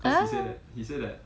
ah